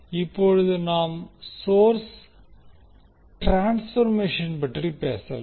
இப்போது நாம் source transformation பற்றி பேசலாம்